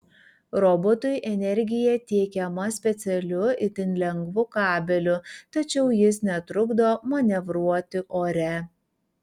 robotui energija tiekiama specialiu itin lengvu kabeliu tačiau jis netrukdo manevruoti ore